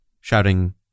shouting